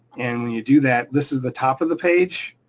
and when you do that, this is the top of the page.